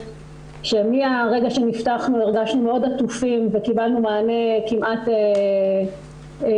שמהרגע שנפתחנו הרגשנו מאוד עטופים וקיבלנו מענה כמעט יום-יומי,